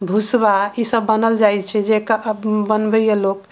भूसबा इसब बनल जाइ छै जेके बनबैया लोक